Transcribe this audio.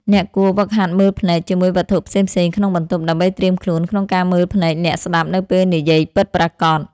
អ្នកគួរហ្វឹកហាត់មើលភ្នែក ជាមួយវត្ថុផ្សេងៗក្នុងបន្ទប់ ដើម្បីត្រៀមខ្លួនក្នុងការមើលភ្នែកអ្នកស្ដាប់នៅពេលនិយាយពិតប្រាកដ។